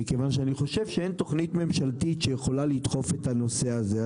כי אין תוכנית ממשלתית שיכולה לדחוף את הנושא הזה.